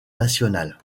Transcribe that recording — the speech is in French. nationales